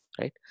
Right